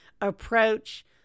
approach